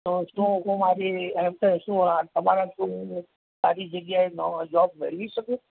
તો શું હું મારી શું તમારા થ્રુ હું સારી જગ્યાએ જોબ મેળવી શકું